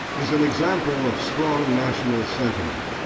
is an example of strong national sentiment,